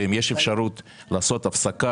אם יש אפשרות לעשות הפסקה,